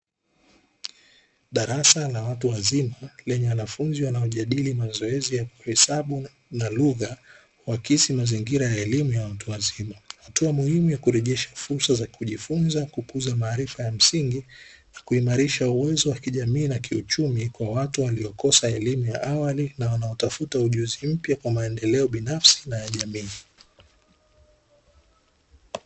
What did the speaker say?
Darasa la watu wazima lenye wanafunzi wanaojadili mazoezi ya kuhesabu na lugha, ikakisi mazingira ya elimu ya watu wazima hatua muhimu ya kurejesha fursa za kujifunza kukuza, maarifa ya msingi na kuimarisha uwezo wa kijamii na kiuchumi kwa watu waliokosa elimu ya awali na wanaotafuta ujuzi mpya kwa maendeleo binafsi na ya jamii.